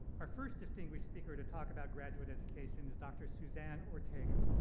our first distinguished speaker to talk about graduate education is dr suzanne ortega,